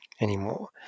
anymore